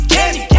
Candy